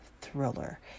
thriller